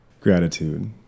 gratitude